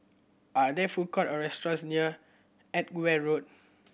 are there food court or restaurants near Edgware Road